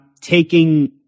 taking